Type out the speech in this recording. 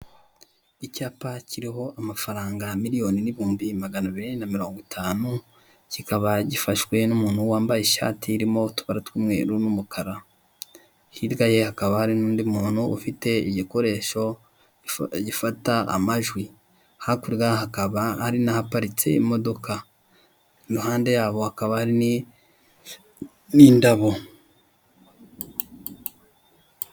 Icyapa kiriho amafaranga miliyoni n'ibihumbi magana biri na mirongo itanu, kikaba gifashwe n'umuntu wambaye ishati irimo utwa tumweru n'umukara. Hirya ye hakaba hari n'undi muntu ufite igikoresho gifata amajwi, hakurya hakaba hari n'abaparitse imodoka. Iruhande y'abo hakaba n'indobo.